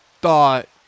thought